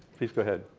please go ahead.